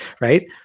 right